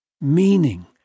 meaning